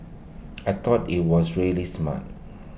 I thought IT was really smart